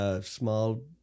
small